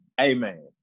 Amen